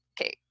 okay